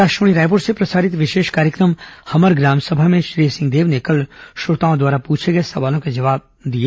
आकाशवाणी रायपुर से प्रसारित विशेष कार्यक्रम हमर ग्रामसभा में श्री सिंहदेव ने कल श्रोताओं द्वारा पूछे गए सवालों के जवाब दिए